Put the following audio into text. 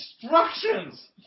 instructions